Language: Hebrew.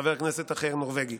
חבר כנסת אחר נורבגי.